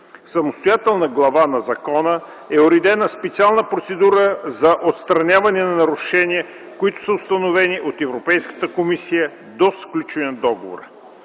самостоятелна глава на закона е уредена специална процедура за отстраняване на нарушения, които са установени от Европейската комисия до сключване на договора.